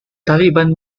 taliban